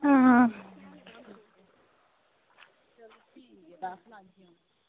आं